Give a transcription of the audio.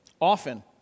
Often